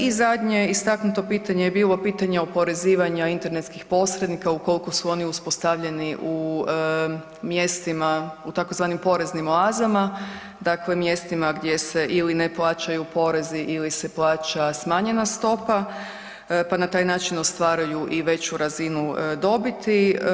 I zadnje istaknuto pitanje je bilo pitanje oporezivanja internetskih posrednika ukolko su oni uspostavljeni u mjestima u tzv. poreznim oazama, dakle mjestima gdje se ili ne plaćaju porezi ili se plaća smanjena stopa, pa na taj način ostvaruju i veću razinu dobiti.